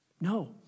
No